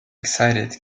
excited